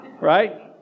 Right